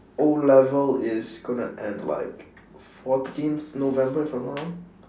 O-level is going to end like fourteenth november if I'm not wrong